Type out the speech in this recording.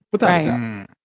Right